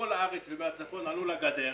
מכל הארץ ומהצפון עלו לגדר,